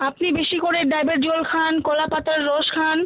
আপনি বেশি করে ডাবের জল খান কলাপাতার রস খান